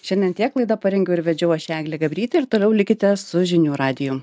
šiandien tiek laidą parengiau ir vedžiau aš eglė gabrytė ir toliau likite su žinių radiju